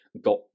got